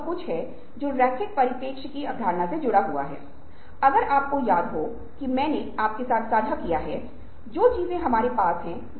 वे दार्शनिक हैं वे रहस्यवादी हैं और वे जादूगर हैं